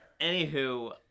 Anywho